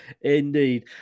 indeed